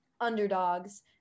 Underdogs